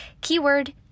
keyword